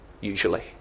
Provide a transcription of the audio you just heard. usually